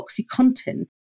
OxyContin